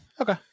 Okay